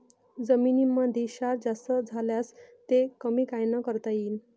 जमीनीमंदी क्षार जास्त झाल्यास ते कमी कायनं करता येईन?